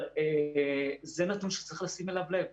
אבל זה נתון שצריך לשים אליו לב.